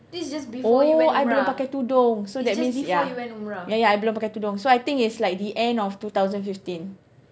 oh I belum pakai tudung so that means yeah ya ya I belum pakai tudung so I think it's like the end of two thousand fifteen